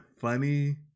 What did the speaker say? funny